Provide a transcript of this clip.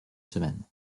semaine